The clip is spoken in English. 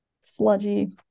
sludgy